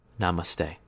Namaste